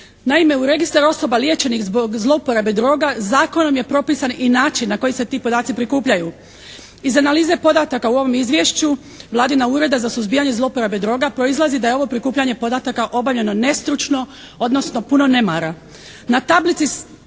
Naime u registar osoba liječenih zbog zlouporabe droga zakonom je propisan i način na koji se ti podaci prikupljaju. Iz analize podataka u ovom izvješću vladina Ureda za suzbijanje zlouporabe droga proizlazi da je ovo prikupljanje podataka obavljeno nestručno odnosno puno nemara.